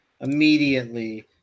immediately